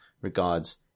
regards